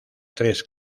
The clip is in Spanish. tres